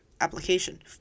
application